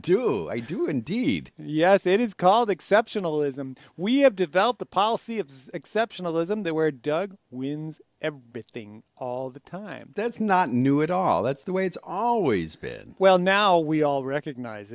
do i do indeed yes it is called exceptionalism we have developed a policy of exceptionalism that where doug wins everything all the time that's not new at all that's the way it's always been well now we all recognize